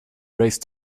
raise